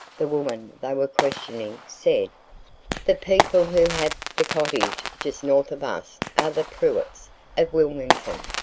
the woman they were questioning, said the people who have the cottage just north of us are the pruitts of wilmington,